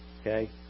Okay